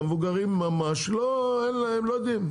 המבוגרים ממש לא יודעים.